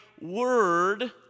word